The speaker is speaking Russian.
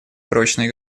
прочные